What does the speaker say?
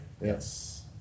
yes